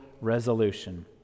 resolution